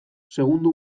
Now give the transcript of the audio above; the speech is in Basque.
segundo